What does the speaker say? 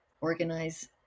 organize